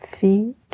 feet